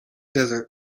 desert